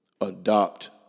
adopt